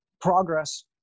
progress